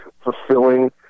fulfilling